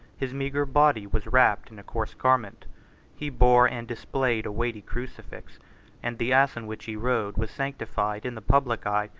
his meagre body was wrapped in a coarse garment he bore and displayed a weighty crucifix and the ass on which he rode was sanctified, in the public eye,